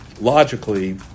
logically